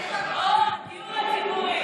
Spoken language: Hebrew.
איך הכול, הוא רוצה למחוק את היהדות.